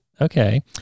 Okay